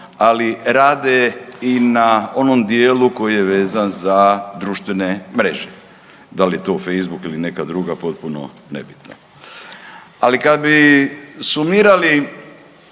ali rade i na onom dijelu koji je vezan za društvene mreže. Da li je to Facebook ili neka druga, potpuno nebitno. Ali, kad bi sumirali